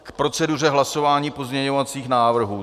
K proceduře hlasování pozměňovacích návrhů.